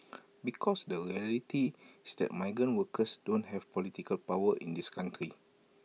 because the reality's that migrant workers don't have political power in this country